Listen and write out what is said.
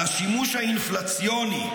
על השימוש האינפלציוני,